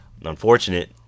unfortunate